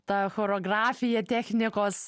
ta choreografija technikos